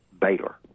Baylor